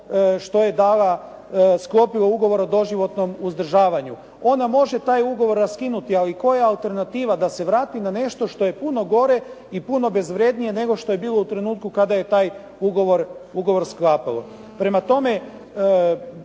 što je dala, sklopila ugovor o doživotnom uzdržavanju. Ona može taj ugovor raskinuti. Ali koja je alternativa da se vrati na nešto što je puno gore i puno bezvrjednije nego što je bilo u trenutku kada je taj ugovor sklapalo?